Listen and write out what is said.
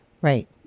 Right